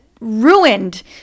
ruined